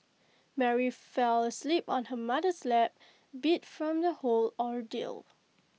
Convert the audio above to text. Mary fell asleep on her mother's lap beat from the whole ordeal